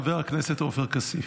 חבר הכנסת עופר כסיף.